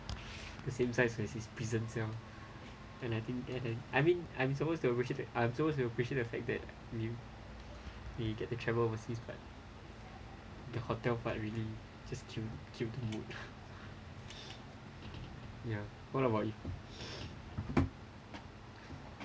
the same size as his prison cell and I think that and I mean I'm supposed to it I'm supposed to appreciate the fact that you you get to travel overseas but the hotel but really just kill kill the mood lah ya what about you